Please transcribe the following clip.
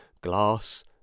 glass